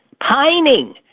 pining